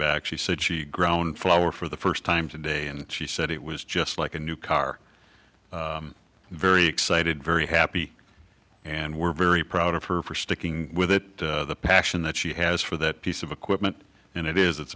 back she said she grown flower for the first time today and she said it was just like a new car very excited very happy and we're very proud of her for sticking with it the passion that she has for that piece of equipment and it is it's